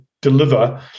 deliver